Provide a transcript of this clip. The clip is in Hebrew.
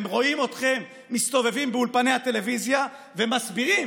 הם רואים אתכם מסתובבים באולפני הטלוויזיה ומסבירים